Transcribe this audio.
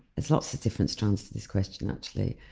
there's lots of different strands to this question actually.